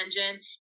engine